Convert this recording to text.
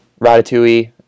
Ratatouille